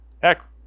heck